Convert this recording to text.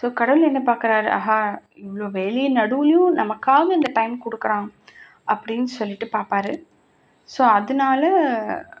so கடவுள் என்ன பார்க்குறாரு ஆஹா இவ்வளோ வேலை நடுவிலையும் நமக்காக இந்த டைம் கொடுக்குறாங்க அப்படின்னு சொல்லிவிட்டு பார்ப்பாரு ஸோ அதனால